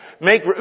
make